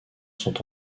sont